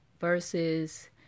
versus